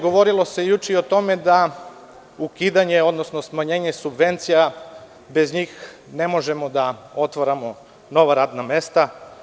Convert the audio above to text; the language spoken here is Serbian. Govorilo se juče o tome da ukidanje, odnosno smanjenje subvencija, bez njih ne možemo da otvaramo nova radna mesta.